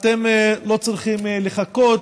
אתם לא צריכים לחכות,